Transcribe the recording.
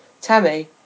Tammy